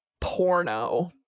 porno